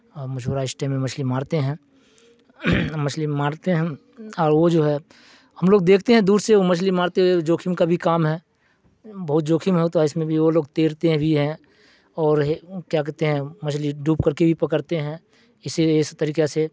مچھوارا اس ٹائم میں مچھلی مارتے ہیں مچھلی مارتے ہیں اور وہ جو ہے ہم لوگ دیکھتے ہیں دور سے وہ مچھلی مارتے ہو جوکھم کا بھی کام ہے بہت جوکھم ہوتا ہے اس میں بھی وہ لوگ تیرتے بھی ہیں اور کیا کہتے ہیں مچھلی ڈوب کر کے بھی پکڑتے ہیں اسے اسی طریقہ سے